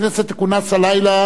הכנסת תכונס הלילה,